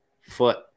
foot